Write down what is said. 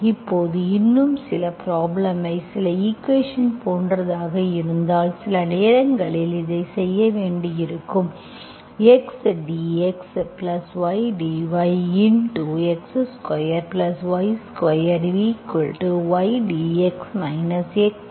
இப்போது இன்னும் ஒரு ப்ரப்ளேம்ஐ சில ஈக்குவேஷன்ஐ போன்றதாக இருந்தால் சில நேரங்களில் இதை செய்ய வேண்டியிருக்கும் x dxy dyx2y2 y dx x dy